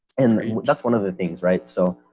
and that's one of the things right so,